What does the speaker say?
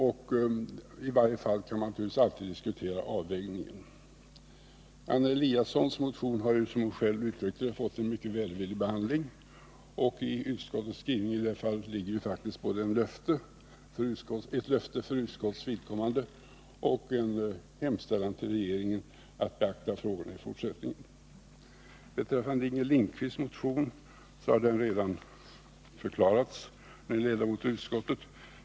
Och man kan naturligtvis alltid diskutera avvägningarna. Anna Eliassons motion har, som hon självt uttryckte det, fått en mycket välvillig behandling. I utskottets skrivning ligger i det fallet faktiskt både ett löfte för utskottets vidkommande och en hemställan till regeringen att beakta frågorna i fortsättningen. Skrivningen beträffande Inger Lindquists motion har redan förklarats av en ledamot av utskottet.